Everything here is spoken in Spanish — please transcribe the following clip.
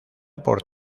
por